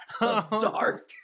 dark